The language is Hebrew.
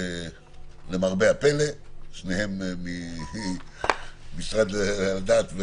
למרבה הפלא שניהם מהמשרד לענייני דת,